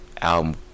album